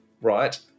right